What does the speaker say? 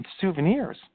souvenirs